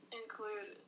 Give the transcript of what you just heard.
include